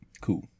cool